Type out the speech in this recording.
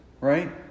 right